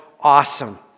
awesome